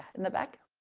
in the back.